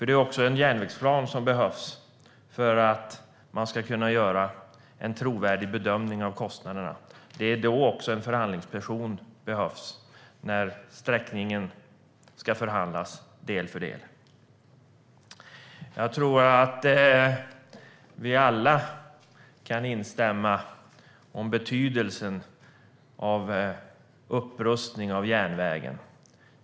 Det är en järnvägsplan som behövs för att man ska kunna göra en trovärdig bedömning av kostnaderna. Det är också då en förhandlingsperson behövs, när sträckningen ska förhandlas del för del. Jag tror att vi alla kan instämma i betydelsen av upprustning av järnvägen.